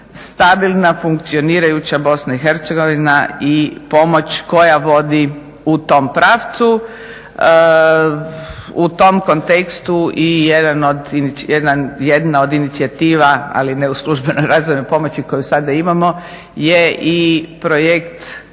stabilna funkcionirajuća BiH i pomoć koja vodi u tom pravcu. U tom kontekstu i jedna od inicijativa, ali ne u službenoj razvojnoj pomoći koju sada imamo je i projekt